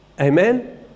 Amen